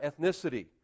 ethnicity